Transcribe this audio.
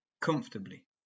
comfortably